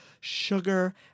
sugar